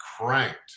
cranked